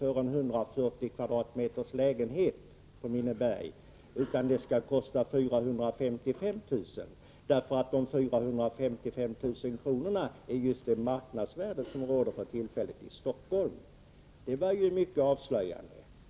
för en lägenhet på 140 kvadratmeter i området Minneberg, utan det skall kosta 455 000, därför att 455 000 kr. är just det marknadsvärde som råder för tillfället i Stockholm. Det var mycket avslöjande.